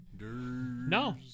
No